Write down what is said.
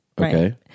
Okay